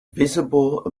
visible